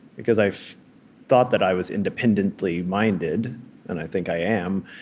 because i thought that i was independently-minded and i think i am.